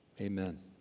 amen